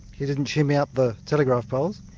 he didn't shimmy up the telegraph poles?